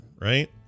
right